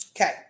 okay